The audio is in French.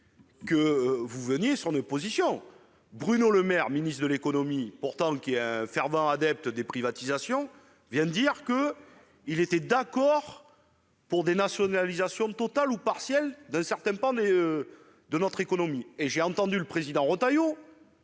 que vous veniez sur nos positions. Bruno Le Maire, ministre de l'économie, qui est pourtant un fervent adepte des privatisations, vient d'annoncer qu'il était d'accord pour des nationalisations totales ou partielles de certains pans de notre économie. J'ai entendu avec plaisir notre